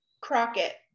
crockett